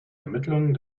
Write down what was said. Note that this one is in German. vermittlung